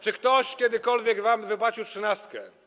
Czy ktoś kiedykolwiek wam wypłacił trzynastkę?